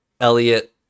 Elliot